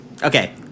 Okay